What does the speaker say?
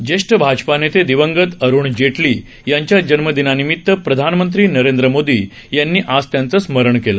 ज्येष्ठ भाजपा नेते दिवंगत अरुण जेटली यांच्या जन्मदिनानिमित्त प्रधानमंत्री नरेंद्र मोदी यांनी आज त्यांचं स्मरण केलं